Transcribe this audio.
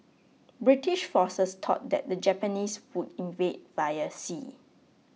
British forces thought that the Japanese would invade via sea